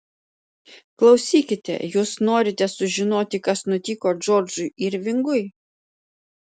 klausykite jūs norite sužinoti kas nutiko džordžui irvingui